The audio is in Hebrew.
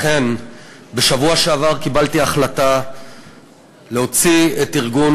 אכן בשבוע שעבר קיבלתי החלטה להוציא את ארגון